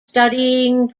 studying